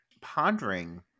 pondering